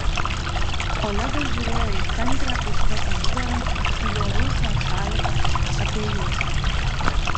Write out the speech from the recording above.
olegas žiūrėjo į kantrią uzbeko nugarą į jo rausvą šaliką apie juosmenį